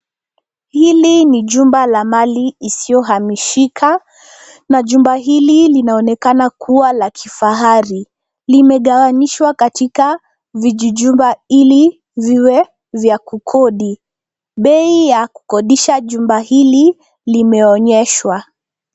Hili ni jumba la mali isiyohamishika na jumba hili linaonekana kuwa la kifahari limegawinyishwa katika vijijumba ili viwe vya kukodi. Bei ya kukodisha jumba hili limeonyeshwa.